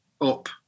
up